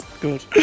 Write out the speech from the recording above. Good